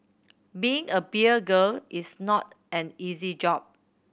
being a beer girl is not an easy job